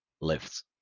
lifts